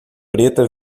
preta